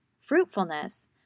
fruitfulness